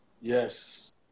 Yes